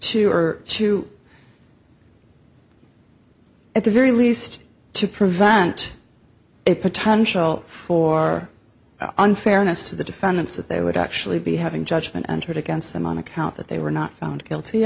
two or at the very least to prevent a potential for unfairness to the defendants that they would actually be having judgment entered against them on account that they were not found guilty